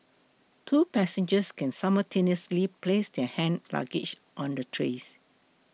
two passengers can simultaneously place their hand luggage on the trays